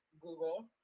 Google